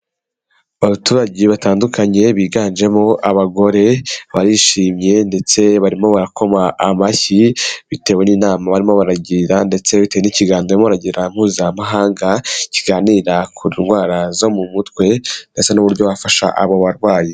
Abaturage batandukanye biganjemo abagore, barishimye ndetse barimo barakoma amashyi bitewe n'inama barimo baragira ndetse bitewe n'ikiganiro barimo baragira mpuzamahanga kiganira ku ndwara zo mu mutwe ndetse n'uburyo bafasha abo barwayi.